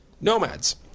nomads